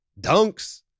dunks